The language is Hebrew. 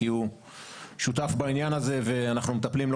כי הוא שותף בעניין הזה ואנחנו מטפלים לא